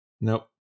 Nope